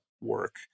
work